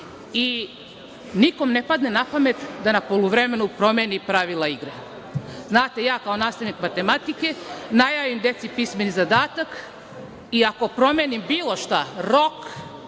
i nikome ne padne na pamet da na poluvremenu promeni pravila igre. Znate, ja kao nastavnik matematike, najavim deci pismeni zadatak i ako promenim bilo šta, rok